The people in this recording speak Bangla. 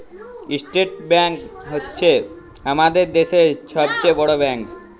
ইসটেট ব্যাংক হছে আমাদের দ্যাশের ছব চাঁয়ে বড় ব্যাংক